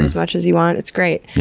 as much as you want. it's great.